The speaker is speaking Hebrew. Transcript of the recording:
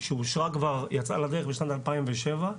שאושרה כבר, יצאה לדרך בשנת 2007,